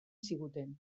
ziguten